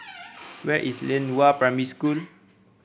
where is Lianhua Primary School